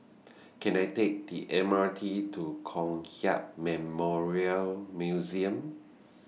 Can I Take The M R T to Kong Hiap Memorial Museum